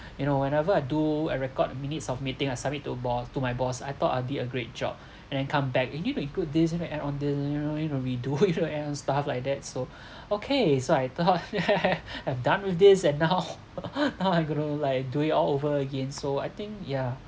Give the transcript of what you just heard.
you know whenever I do I record the minutes of meeting I submit to boss to my boss I thought I did a great job and then come back you need to include this you need to add on this you know you know redo you know add on stuff like that so okay so I thought yeah have done with this then now now I'm gonna like do it all over again so I think yeah